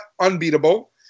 unbeatable